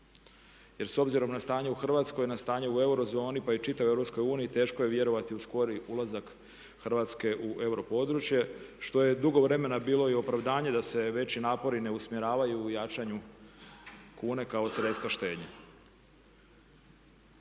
Jer s obzirom na stanje u Hrvatskoj, na stanje u eurozoni pa i čitavoj Europskoj uniji teško je vjerovati u skoriji ulazak Hrvatske u europodručje što je dugo vremena bilo i opravdanje da se veći napori ne usmjeravaju u jačanju kune kao sredstva štednje.